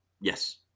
Yes